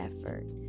effort